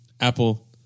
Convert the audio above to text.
Apple